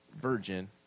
virgin